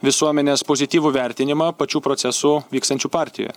visuomenės pozityvų vertinimą pačių procesų vykstančių partijoje